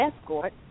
escort